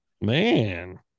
man